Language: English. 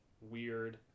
weird